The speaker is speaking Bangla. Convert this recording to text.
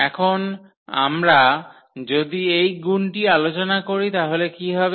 এখন আমরা যদি এই গুনটি আলোচনা করি তাহলে কি হবে